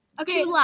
Okay